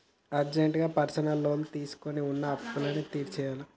అర్జెంటుగా personal loan తీసుకొని వున్న అప్పులన్నీ తీర్చేయ్యాలే